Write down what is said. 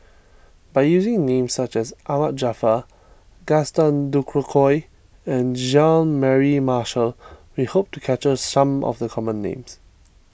by using names such as Ahmad Jaafar Gaston Dutronquoy and Jean Mary Marshall we hope to capture some of the common names